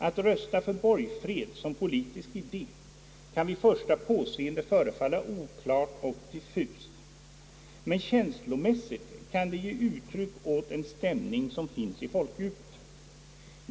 Att rösta för borgfred som politisk idé kan vid första påseendet förefalla oklart och diffust, men känslomässigt kan det ge uttryck åt en stämning som finns i folkdjupet.